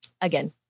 again